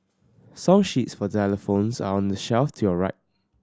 song sheets for xylophones are on the shelf to your right